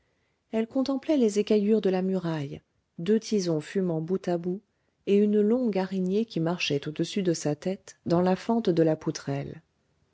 elle contemplait les écaillures de la muraille deux tisons fumant bout à bout et une longue araignée qui marchait au-dessus de sa tête dans la fente de la poutrelle